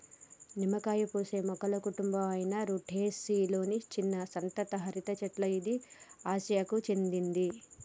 నిమ్మకాయ పూసే మొక్కల కుటుంబం అయిన రుటెసి లొని చిన్న సతత హరిత చెట్ల ఇది ఆసియాకు చెందింది